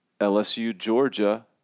LSU-Georgia